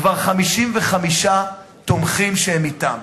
כבר 55 תומכים שהם אתם.